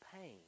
pain